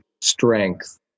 strength